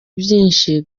byinshi